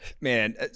man